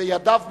בידיו ממש,